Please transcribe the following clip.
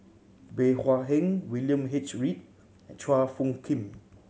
Bey Hua Heng William H Read and Chua Phung Kim